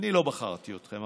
אני לא בחרתי אתכם,